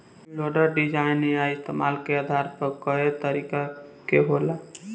loader design आ इस्तमाल के आधार पर कए तरीका के होला